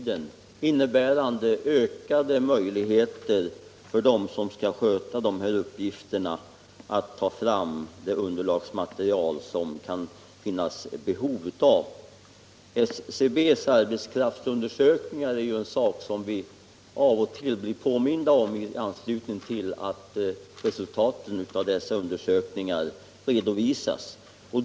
Den satsningen kommer att innebära ökade möjligheter för dem som skall sköta dessa uppgifter att ta fram det underlagsmaterial som det kan föreligga behov av. Statistiska centralbyråns arbetskraftsundersökningar är ju en sak som vi av och till blir påminda om i anslutning till att resultaten av dessa undersökningar redovisas.